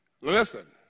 Listen